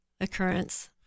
occurrence